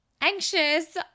anxious